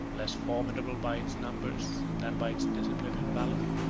less formidable by its numbers than by its discipline and valor,